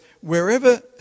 wherever